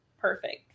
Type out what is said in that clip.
perfect